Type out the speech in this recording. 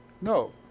No